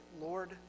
Lord